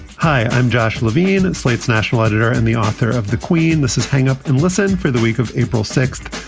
hi, i'm josh levine at slate's national editor and the author of the queen, this is hang up and listen for the week of april sixth,